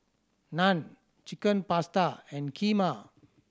Naan Chicken Pasta and Kheema